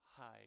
Hi